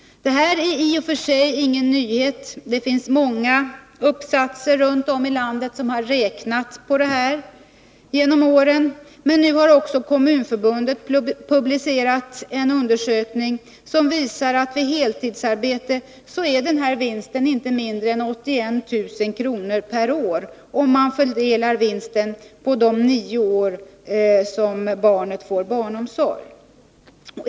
Detta är i och för sig ingen nyhet — det har redovisats i många uppsatser som har gjorts genom åren — men nu har också Kommunförbundet publicerat en undersökning som visar att denna vinst vid heltidsarbete är inte mindre än 81 000 kr. per år, om man fördelar den på de nio år som barnet får barnomsorg.